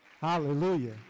hallelujah